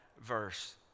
verse